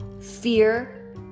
fear